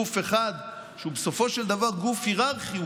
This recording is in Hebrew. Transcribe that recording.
גוף אחד שבסופו של דבר הוא גוף היררכי,